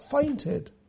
fainted